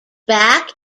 back